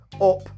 up